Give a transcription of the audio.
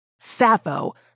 Sappho